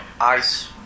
ice